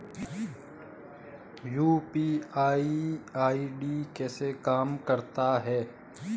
UPI ID कैसे काम करता है?